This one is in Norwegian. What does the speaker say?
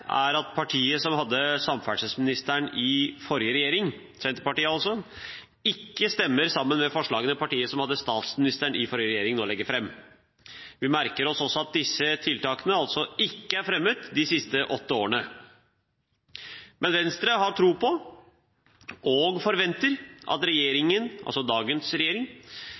er verdt å merke seg, er at partiet som hadde samferdselsministeren i forrige regjering – Senterpartiet altså – ikke stemmer for forslaget som det partiet som hadde statsministeren i forrige regjering, nå legger fram. Vi merker oss også at disse tiltakene ikke er fremmet de siste åtte årene. Men Venstre har tro på og forventer at dagens regjering